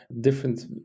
different